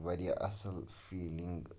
واریاہ اصل فیلِنگ